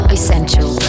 Essential